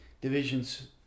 divisions